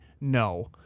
no